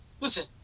listen